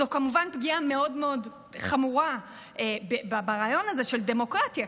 זו כמובן פגיעה מאוד מאוד חמורה ברעיון הזה של דמוקרטיה,